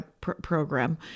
program